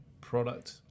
product